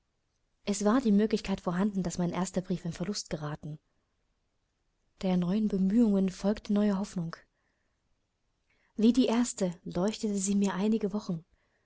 es war die möglichkeit vorhanden daß mein erster brief in verlust geraten der neuen bemühung folgte neue hoffnung wie die erste leuchtete sie mir einige wochen